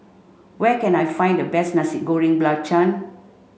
where can I find the best Nasi Goreng Belacan